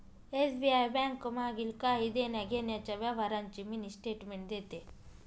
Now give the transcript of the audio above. SBI bank मागील काही देण्याघेण्याच्या व्यवहारांची मिनी स्टेटमेंट देते